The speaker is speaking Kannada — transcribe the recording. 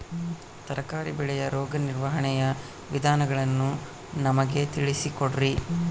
ತರಕಾರಿ ಬೆಳೆಯ ರೋಗ ನಿರ್ವಹಣೆಯ ವಿಧಾನಗಳನ್ನು ನಮಗೆ ತಿಳಿಸಿ ಕೊಡ್ರಿ?